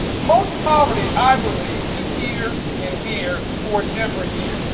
most poverty i believe is here and here before it's ever here.